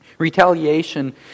Retaliation